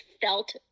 felt